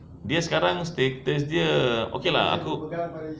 dia sekarang status dia okay lah aku